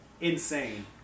insane